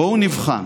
בואו נבחן